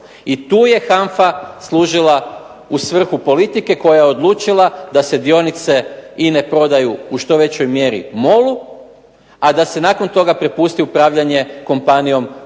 I tu HANFA služila u svrhu politike koja je odlučila da se dionice INA-e prodaju u što većoj mjeri MOL-u, a da se nakon toga prepusti upravljanje kompanijom